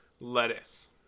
Lettuce